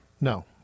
No